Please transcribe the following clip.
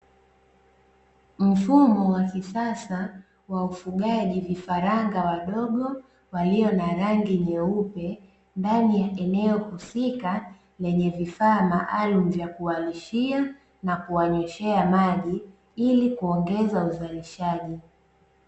Mfumo wa kisasa waufugaji vifaranga wadogo walio na rangi nyeupe ndani ya eneo husika lenye vifaa maalumu vya kuwalishia na kuwanyweshea maji ili kuongeza uzalishaji.